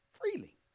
Freely